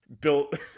built